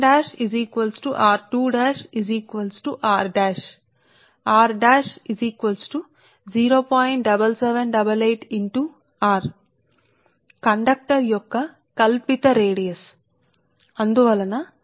కాబట్టి వ్యాసార్థం r r1 r2 r కు సమాన మని మేము అనుకుంటున్నాము సరే అందువలన r1 r2 r' కు సమానం కాబట్టి r కండక్టర్ యొక్క కల్పిత వ్యాసార్థం 0